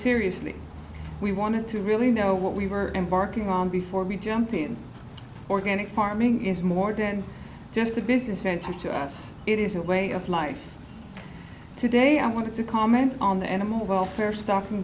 seriously we wanted to really know what we were embarking on before we jumped in organic farming is more than just a business venture to us it is a way of life today i want to comment on the animal welfare stocking